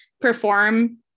perform